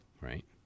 right